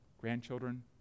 grandchildren